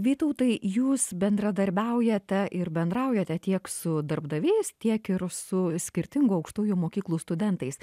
vytautai jūs bendradarbiaujate ir bendraujate tiek su darbdaviais tiek ir su skirtingų aukštųjų mokyklų studentais